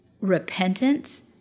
repentance